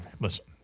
listen